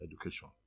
education